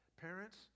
Parents